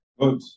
Good